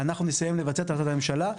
אנחנו נסיים לבצע את החלטת הממשלה,